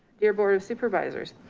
dear board of supervisors,